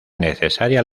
necesaria